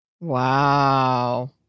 Wow